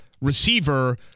receiver